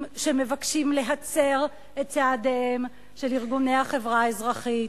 שמבקשים להצר את צעדיהם של ארגוני החברה האזרחית,